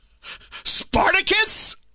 Spartacus